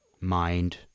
mind